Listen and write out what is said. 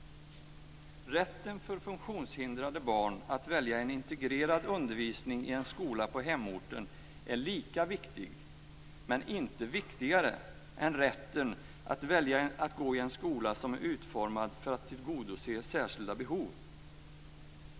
Rätten för funktionshindrade barn att välja en integrerad undervisning i en skola på hemorten är lika viktig men inte viktigare än rätten att välja att gå i en skola som är utformad för att tillgodose särskilda behov.